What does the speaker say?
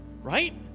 right